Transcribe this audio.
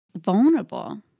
vulnerable